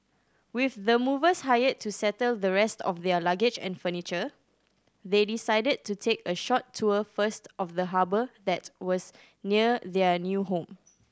with the movers hired to settle the rest of their luggage and furniture they decided to take a short tour first of the harbour that was near their new home